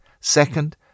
Second